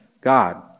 God